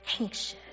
anxious